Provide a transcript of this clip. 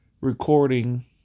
recording